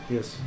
Yes